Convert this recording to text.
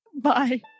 Bye